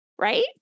Right